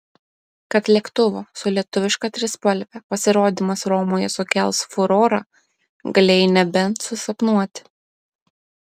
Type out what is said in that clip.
kad lėktuvo su lietuviška trispalve pasirodymas romoje sukels furorą galėjai nebent susapnuoti